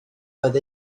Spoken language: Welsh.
oedd